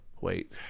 Wait